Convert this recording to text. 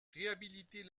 réhabiliter